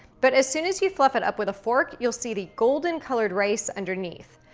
but, as soon as you fluff it up with a fork, you'll see the golden colored rice underneath,